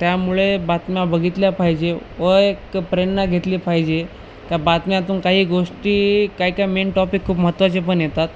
त्यामुळे बातम्या बघितल्या पाहिजे व एक प्रेरणा घेतली पाहिजे त्या बातम्यातून काही गोष्टी काय काय मेन टॉपिक खूप महत्त्वाचे पण येतात